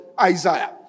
Isaiah